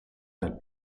dal